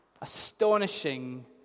astonishing